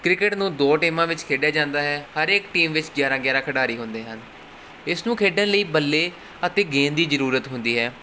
cricket ਨੂੰ ਦੋ ਟੀਮਾਂ ਵਿੱਚ ਖੇਡਿਆ ਜਾਂਦਾ ਹੈ ਹਰ ਇੱਕ ਟੀਮ ਵਿੱਚ ਗਿਆਰਾਂ ਗਿਆਰਾਂ ਖਿਡਾਰੀ ਹੁੰਦੇ ਹਨ ਇਸ ਨੂੰ ਖੇਡਣ ਲਈ ਬੱਲੇ ਅਤੇ ਗੇਂਦ ਦੀ ਜ਼ਰੂਰਤ ਹੁੰਦੀ ਹੈ